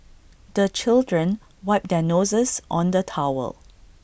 the children wipe their noses on the towel